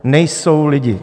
Nejsou lidi.